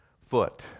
foot